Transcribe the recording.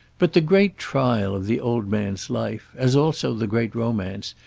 but the great trial of the old man's life, as also the great romance,